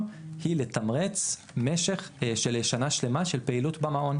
היא לתמרץ משך שנה שלמה של פעילות במעון.